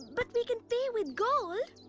but we can pay with gold.